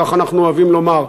כך אנחנו אוהבים לומר,